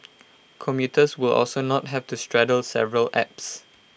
commuters will also not have to straddle several apps